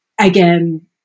Again